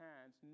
hands